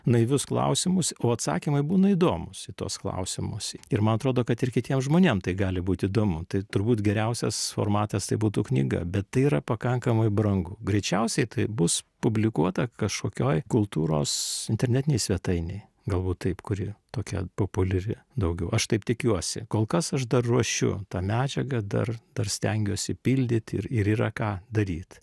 naivius klausimus o atsakymai būna įdomūs į tuos klausimus ir man atrodo kad ir kitiem žmonėm tai gali būt įdomu tai turbūt geriausias formatas tai būtų knyga bet tai yra pakankamai brangu greičiausiai tai bus publikuota kažkokioj kultūros internetinėj svetainėj galbūt taip kuri tokia populiari daugiau aš taip tikiuosi kol kas aš dar ruošiu tą medžiagą dar dar stengiuosi pildyti ir ir yra ką daryt